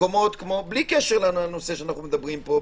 בלי קשר לנושא שאנחנו מדברים עליו פה,